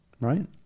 Right